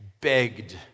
begged